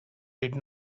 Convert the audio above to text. did